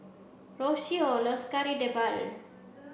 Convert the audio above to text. Rocio loves Kari Debal